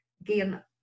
again